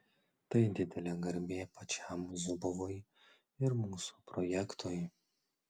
tai didelė garbė pačiam zubovui ir mūsų projektui